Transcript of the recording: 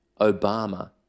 Obama